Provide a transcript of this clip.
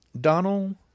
Donald